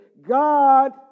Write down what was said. God